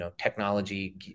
technology